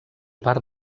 part